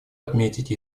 отметить